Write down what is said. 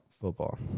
football